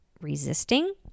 resisting